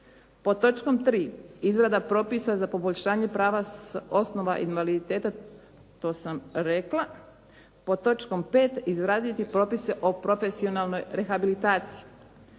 Pod točkom 3. izrada propisa za poboljšanje prava s osnova invaliditeta, to sam rekla, pod točkom 5. izraditi propise o profesionalnoj rehabilitaciji.